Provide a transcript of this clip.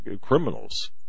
criminals